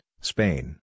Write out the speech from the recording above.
Spain